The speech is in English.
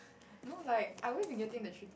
no like I've always been getting the three points